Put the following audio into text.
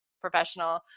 professional